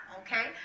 okay